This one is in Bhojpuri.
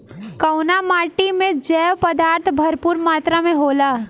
कउना माटी मे जैव पदार्थ भरपूर मात्रा में होला?